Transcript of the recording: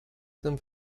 tym